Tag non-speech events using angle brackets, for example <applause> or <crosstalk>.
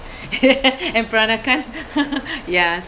<laughs> and peranakan <noise> ya